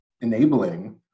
enabling